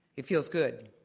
it feels good.